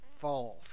false